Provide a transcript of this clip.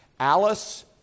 Alice